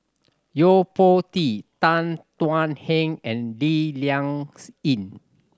Yo Po Tee Tan Thuan Heng and Lee Ling Yen